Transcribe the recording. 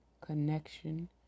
connection